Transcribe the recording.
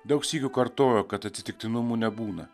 daug sykių kartojo kad atsitiktinumų nebūna